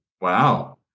Wow